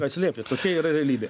atsiliepti tokia yra realybė